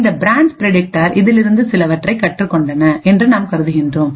இந்த branch predictor இதிலிருந்து சிலவற்றை கற்றுக் கொண்டன என்று நாம் கருதுகின்றோம்